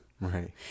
Right